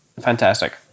fantastic